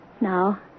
now